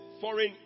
foreign